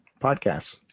Podcasts